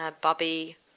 Bobby